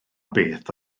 beth